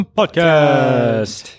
Podcast